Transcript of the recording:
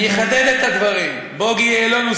אני אחדד את הדברים: בוגי יעלון הוא